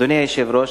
אדוני היושב-ראש,